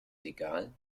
egal